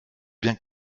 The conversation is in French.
bien